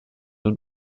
und